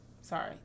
Sorry